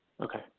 Okay